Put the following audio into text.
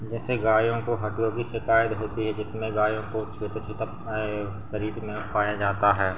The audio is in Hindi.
जैसे गायों को हड्डियों की शिकायत होती है जिसमें गायों को छोटे छोटे वह सरीर में पाया जाता है